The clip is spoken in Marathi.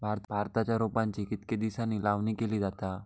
भाताच्या रोपांची कितके दिसांनी लावणी केली जाता?